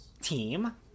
team